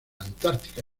antártica